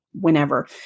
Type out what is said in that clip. whenever